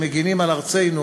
שמגינים על ארצנו,